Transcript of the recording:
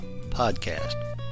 podcast